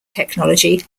technology